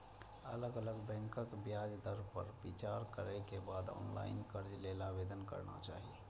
अलग अलग बैंकक ब्याज दर पर विचार करै के बाद ऑनलाइन कर्ज लेल आवेदन करना चाही